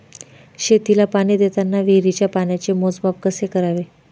शेतीला पाणी देताना विहिरीच्या पाण्याचे मोजमाप कसे करावे?